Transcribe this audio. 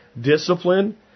discipline